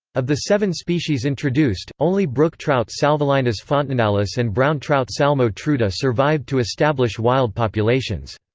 of the seven species introduced, only brook trout salvelinus fontinalis and brown trout salmo trutta survived to establish wild populations.